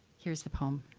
here's the poem.